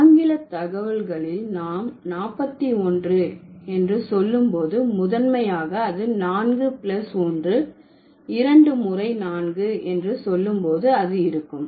ஆங்கில தகவல்களில் நாம் 41 என்று சொல்லும் போது முதன்மையாக அது நான்கு பிளஸ் ஒன்று இரண்டு முறை நான்கு என்று சொல்லும் போது அது இருக்கும்